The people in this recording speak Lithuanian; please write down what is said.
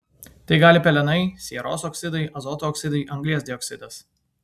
tai gali pelenai sieros oksidai azoto oksidai anglies dioksidas